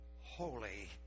holy